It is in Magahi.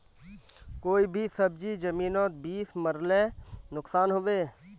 कोई भी सब्जी जमिनोत बीस मरले नुकसान होबे?